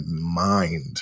mind